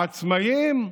העצמאים,